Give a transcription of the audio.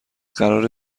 قراره